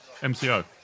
MCO